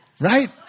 Right